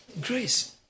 Grace